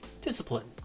discipline